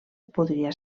podria